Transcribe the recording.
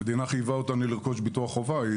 המדינה חייבה אותנו לרכוש ביטוח חובה היא